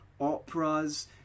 operas